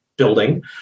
building